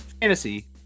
Fantasy